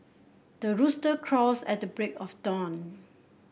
the rooster crows at the break of dawn